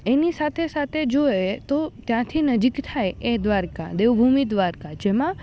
એની સાથે સાથે જોઈએ તો ત્યાંથી નજીક થાય એ દ્વારકા દેવભૂમિ દ્વારકા જેમાં